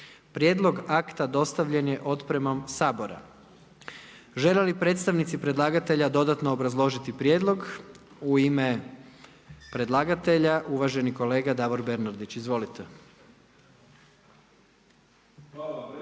Prijedloga akta dostavljen je otpremom Sabora. Želi li predstavnici predlagatelja dodatno obrazložiti prijedlog? U ime predlagatelje uvaženi kolega Davor Bernardić. Izvolite.